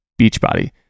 Beachbody